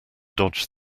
dodged